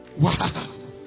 Wow